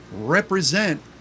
represent